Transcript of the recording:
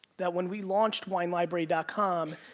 that when we launched winelibrary and com,